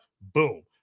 boom